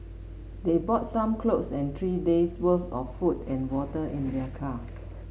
they brought some clothes and three day's worth of food and water in their car